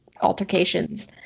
altercations